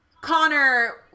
connor